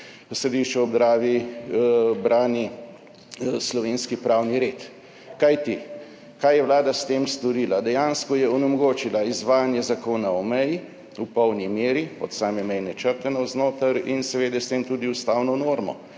Središču ob Dravi brani slovenski pravni red. Kajti kaj je vlada s tem storila? Dejansko je onemogočila izvajanje Zakona o meji v polni meri od same mejne črte navznoter in seveda s tem tudi ustavno normo,